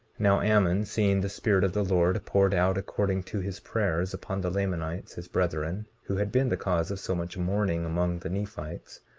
now ammon seeing the spirit of the lord poured out according to his prayers upon the lamanites, his brethren, who had been the cause of so much mourning among the nephites,